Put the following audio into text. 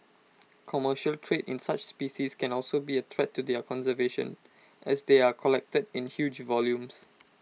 commercial trade in such species can also be A threat to their conservation as they are collected in huge volumes